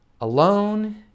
alone